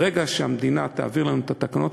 וברגע שהמדינה תעביר אלינו את התקנות